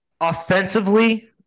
offensively